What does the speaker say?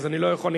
אז אני לא יכול,